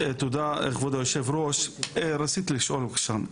כבוד היושב-ראש, תודה.